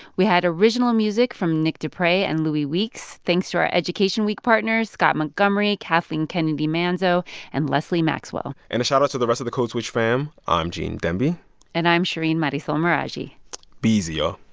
we had original music from nick deprey and louis weeks. thanks to our education week partners scott montgomery, kathleen kennedy manzo and lesli maxwell and a shout-out to the rest of the code switch fam. i'm gene demby and i'm shereen marisol meraji be easy, ah